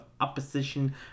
opposition